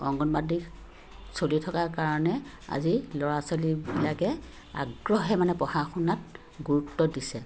অংগনবাদী চলি থকাৰ কাৰণে আজি ল'ৰা ছোৱালীবিলাকে আগ্ৰহে মানে পঢ়া শুনাত গুৰুত্ব দিছে